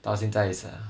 到现在也是啊